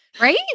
Right